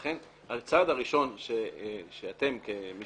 לכן, הצעד הראשון שאתם, כמי